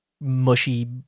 mushy